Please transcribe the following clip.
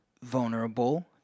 vulnerable